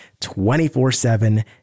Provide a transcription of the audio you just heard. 24-7